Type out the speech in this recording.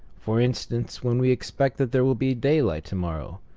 for instance, when we expect that there will be daylight to-morrow,